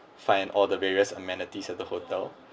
find all the various amenities at the hotel